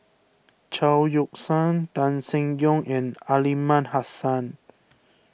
Chao Yoke San Tan Seng Yong and Aliman Hassan